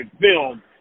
film